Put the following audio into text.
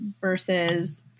versus